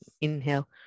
inhale